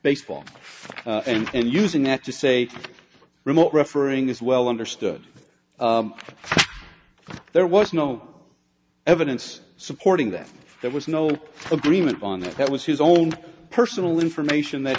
baseball and using that to say remote refereeing is well understood there was no evidence supporting that there was no agreement on that that was his own personal information they